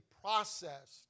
processed